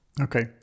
Okay